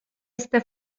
este